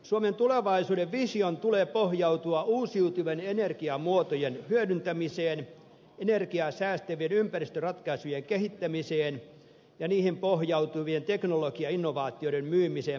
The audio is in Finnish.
suomen tulevaisuuden vision tulee pohjautua uusiutuvien energiamuotojen hyödyntämiseen energiaa säästävien ympäristöratkaisujen kehittämiseen ja niihin pohjautuvien teknologiainnovaatioiden myymiseen maailmanmarkkinoille